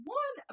one